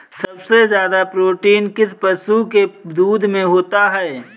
सबसे ज्यादा प्रोटीन किस पशु के दूध में होता है?